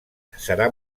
serà